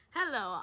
Hello